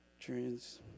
trans